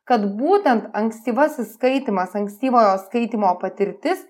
kad būtent ankstyvasis skaitymas ankstyvojo skaitymo patirtis